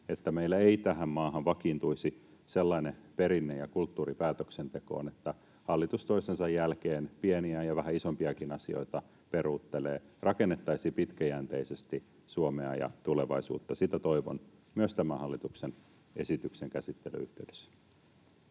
että meillä ei tähän maahan vakiintuisi sellainen perinne ja kulttuuri päätöksentekoon, että hallitus toisensa jälkeen pieniä ja vähän isompiakin asioita peruuttelee. Rakennettaisiin pitkäjänteisesti Suomea ja tulevaisuutta. Sitä toivon myös tämän hallituksen esityksen käsittelyn yhteydessä.